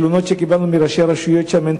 התלונות שקיבלנו מראשי רשויות שם הן